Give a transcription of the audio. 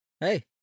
Hey